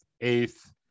eighth